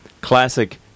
classic